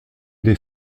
des